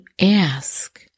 ask